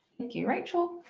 thank you rachel,